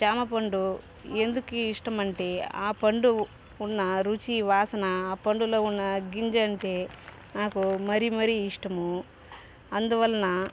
జామ పండు ఎందుకి ఇష్టమంటే ఆ పండు ఉన్న రుచి వాసన ఆ పండులో ఉన్న గింజ అంటే నాకు మరి మరి ఇష్టము అందువల్న